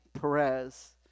Perez